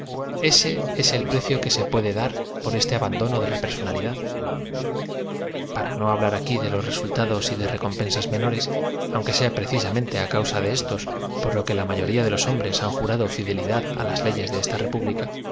eae es el precio que se puede dar por este abandono de la personalidad para no hablar aquí de los resultados y de recompensas me nores aunque sea precisamente á causa de éstos por lo que la m ayoría do los hombres han jurado ñdelidad á las leyes de esta república